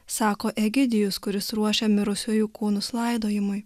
sako egidijus kuris ruošia mirusiųjų kūnus laidojimui